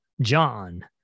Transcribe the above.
John